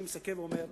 אני מסכם ואומר,